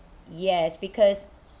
yes because